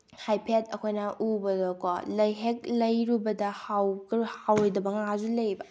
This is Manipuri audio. ꯍꯥꯏꯐꯦꯠ ꯑꯩꯈꯣꯏꯅ ꯎꯕꯗꯀꯣ ꯂꯩ ꯍꯦꯛ ꯂꯩꯔꯨꯕꯗ ꯍꯥꯎꯔꯣꯏꯗꯕ ꯉꯥꯁꯨ ꯂꯩꯑꯕ